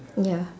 ya